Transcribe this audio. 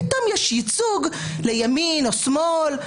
פתאום יש ייצוג לימין או שמאל,